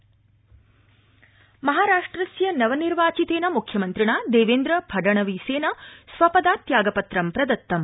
महाराष्ट्रम् महाराष्ट्रस्य नव निर्वाचितेन मुख्यमन्त्रिणा देवेन्द्रफडणवीसेन स्वपदात् त्यागपत्रं प्रदत्तम्